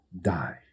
die